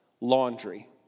Laundry